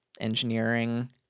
engineering